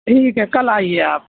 ٹھیک ہے کل آئیے آپ